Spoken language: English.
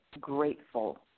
grateful